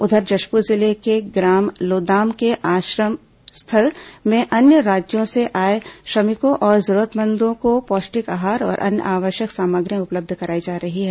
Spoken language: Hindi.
उधर जशपुर जिले के ग्राम लोदाम के आश्रय स्थल में अन्य राज्यों से आए श्रमिकों और जरूररमंदों को पौष्टिक आहार और अन्य आवश्यक सामग्रियां उपलब्ध कराई जा रही है